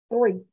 Three